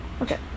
Okay